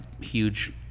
huge